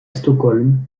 stockholm